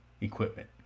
equipment